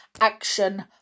action